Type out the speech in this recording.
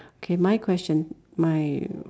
okay my question my